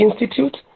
institute